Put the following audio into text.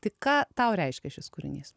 tai ką tau reiškia šis kūrinys